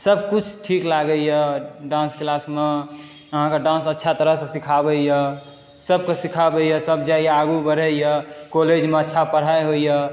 सब कुछ ठीक लागैए डान्स क्लास मे अहाँके डान्स अच्छा तरहसऽ सिखाबैए सबकऽ सिखाबैए सब जाइए आगू बढ़ैए कॉलेज मे अच्छा पढ़ाइ होइए